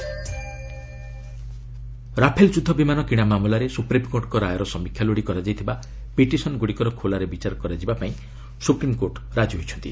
SC Rafale Rafale ଯୁଦ୍ଧ ବିମାନ କିଣା ମାମଲାରେ ସୁପ୍ରିମ୍କୋର୍ଟଙ୍କ ରାୟର ସମୀକ୍ଷା ଲୋଡ଼ି କରାଯାଇଥିବା ପିଟିସନ୍ଗୁଡ଼ିକର ଖୋଲାରେ ବିଚାର କରାଯିବାପାଇଁ ସ୍ୱପ୍ରିମ୍କୋର୍ଟ ରାଜି ହୋଇଛନ୍ତି